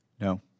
No